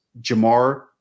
Jamar